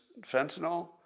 fentanyl